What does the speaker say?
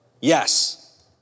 Yes